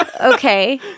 Okay